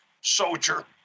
soldier